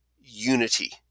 unity